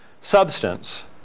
substance